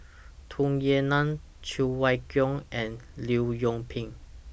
Tung Yue Nang Cheng Wai Keung and Leong Yoon Pin